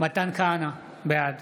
מתן כהנא, בעד